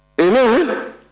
Amen